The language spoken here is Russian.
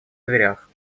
дверях